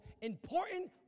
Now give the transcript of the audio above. important